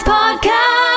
Podcast